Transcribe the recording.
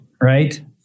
right